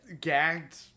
Gagged